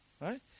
Right